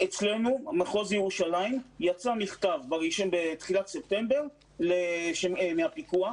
אצלנו במחוז ירושלים יצא מכתב בתחילת ספטמבר מהפיקוח